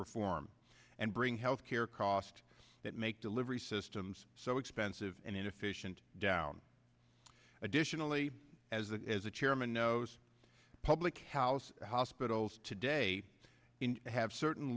reform and bring healthcare cost that make delivery systems so expensive and inefficient down additionally as a as a chairman knows public house hospitals today have certain